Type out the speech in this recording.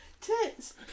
tits